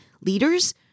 leaders